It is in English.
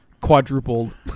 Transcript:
quadrupled